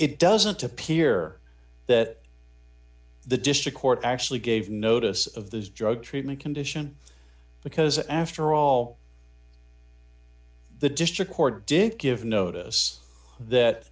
it doesn't appear that the district court actually gave notice of this drug treatment condition because after all the district court did give notice that